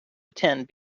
attend